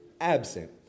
absent